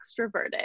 extroverted